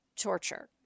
torture